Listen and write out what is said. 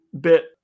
bit